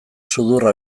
sudurra